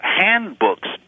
handbooks